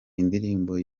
indirimbo